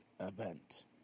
event